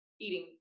eating